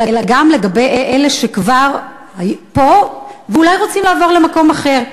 אלא גם לגבי אלה שכבר פה ואולי רוצים לעבור למקום אחר.